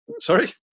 Sorry